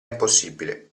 impossibile